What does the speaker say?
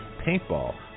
paintball